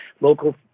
local